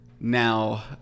now